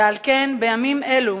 ועל כן בימים אלו